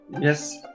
yes